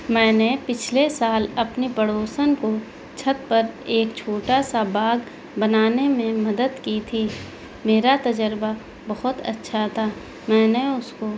میں نے پچھلے سال اپنی پڑوسن کو چھت پر ایک چھوٹا سا باغ بنانے میں مدد کی تھی میرا تجربہ بہت اچھا تھا میں نے اس کو